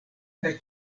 kaj